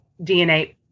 DNA